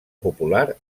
popular